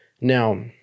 Now